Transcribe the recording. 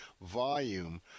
volume